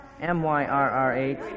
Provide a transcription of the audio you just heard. M-Y-R-R-H